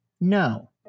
No